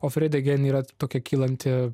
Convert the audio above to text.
yra tokia kylanti